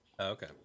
Okay